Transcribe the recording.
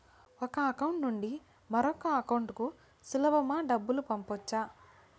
ఒక అకౌంట్ నుండి మరొక అకౌంట్ కు సులభమా డబ్బులు పంపొచ్చా